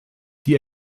die